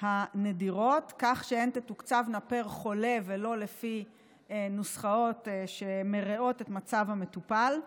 הנדירות כך שהן תתוקצבנה פר חולה ולא לפי נוסחאות שמרעות את מצב המטופל.